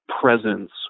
presence